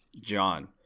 John